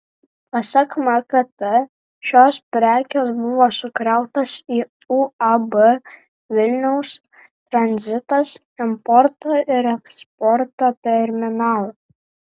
pasak mkt šios prekės buvo sukrautos į uab vilniaus tranzitas importo ir eksporto terminalą